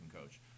coach